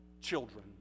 children